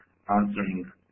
answering